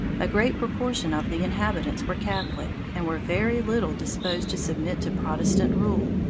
a great proportion of the inhabitants were catholics, and were very little disposed to submit to protestant rule.